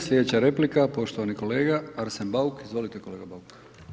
Slijedeća replika, poštovani kolega Arsen Bauk, izvolite kolega Bauk.